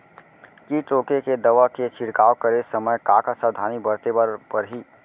किट रोके के दवा के छिड़काव करे समय, का का सावधानी बरते बर परही?